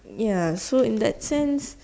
ya so in that sense